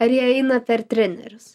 ar jie eina per trenerius